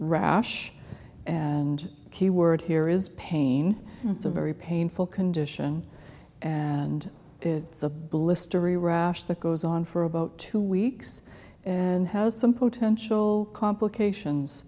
rash and keyword here is pain it's a very painful condition and it's a blistery rash that goes on for about two weeks and has some potential complications